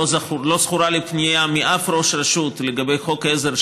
לא זכורה לי פנייה מאף ראש רשות לגבי חוק עזר,